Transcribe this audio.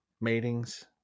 matings